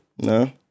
no